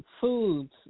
foods